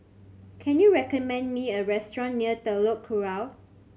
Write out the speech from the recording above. can you recommend me a restaurant near Telok Kurau